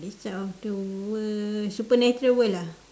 the other side of the world supernatural world ah